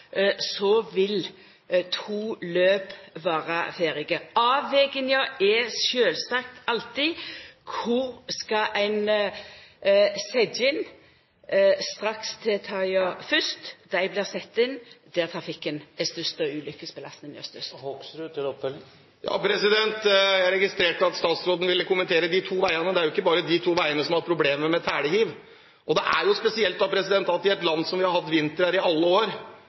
vil to løp vera ferdige. Avveginga er sjølvsagt alltid: Kor skal ein setja inn strakstiltaka fyrst? Dei blir sette inn der trafikken er størst, og der ulukkesbelastinga er størst. Ja, jeg registrerte at statsråden ville kommentere de to veiene, men det er jo ikke bare de to veiene der en har hatt problemer med telehiv. Og det er spesielt at vi i et land hvor vi har hatt vintre i alle år,